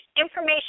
information